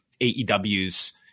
AEW's